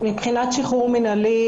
שחרור מינהלי,